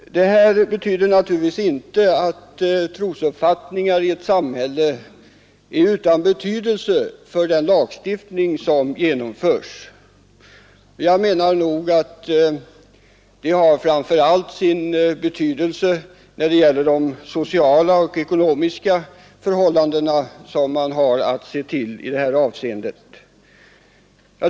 Detta betyder naturligtvis inte att trosuppfattningarna i ett samhälle är utan betydelse för den lagstiftning som genomförs. De har framför allt sin betydelse när det gäller de sociala och ekonomiska förhållanden man har att se till i detta avseende.